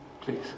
please